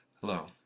Hello